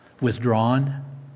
Withdrawn